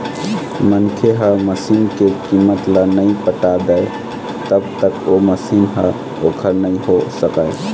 मनखे ह मसीन के कीमत ल नइ पटा दय तब तक ओ मशीन ह ओखर नइ होय सकय